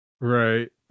Right